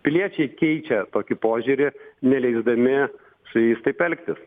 piliečiai keičia tokį požiūrį neleisdami su jais taip elgtis